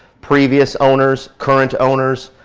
previous owners, current owners,